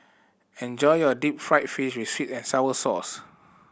enjoy your deep fried fish with sweet and sour sauce